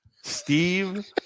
Steve